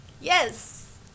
Yes